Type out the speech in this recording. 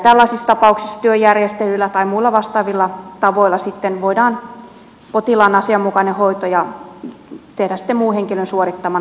tällaisissa tapauksissa työn järjestelyillä tai muilla vastaavilla tavoilla sitten voidaan taata potilaan asianmukainen hoito ja tehdä se muun henkilön suorittamana